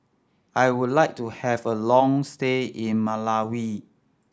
I would like to have a long stay in Malawi